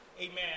amen